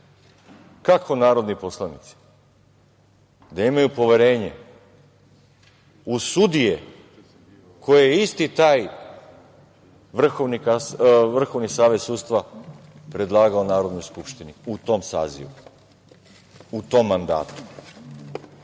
Kako narodni poslanici da imaju poverenje u sudije koje je isti taj Vrhovni savet sudstva predlagao Narodnoj skupštini u tom sazivu, u tom mandatu?